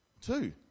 Two